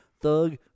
Thug